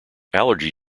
allergy